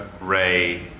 Ray